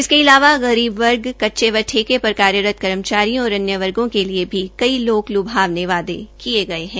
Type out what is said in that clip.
इसके अलावा गरीब वर्ग कच्चे व ठेके पर कार्यरत कर्मचारियों और अन्य वर्गों के लिए भी कई लोक लुभावने वायदे किए गए हैं